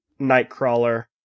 nightcrawler